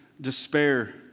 despair